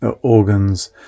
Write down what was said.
organs